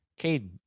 Caden